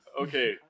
Okay